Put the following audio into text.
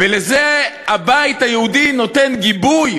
ולזה הבית היהודי נותן גיבוי,